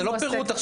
זה לא פירוט.